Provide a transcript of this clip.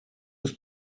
des